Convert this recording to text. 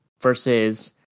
versus